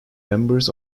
members